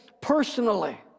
personally